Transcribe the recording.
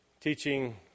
teaching